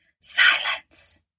Silence